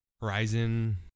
Horizon